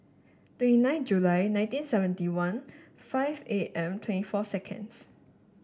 twenty nine July nineteen seventy one five eight and twenty four seconds